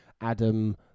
Adam